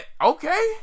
Okay